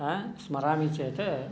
स्मरामि चेत्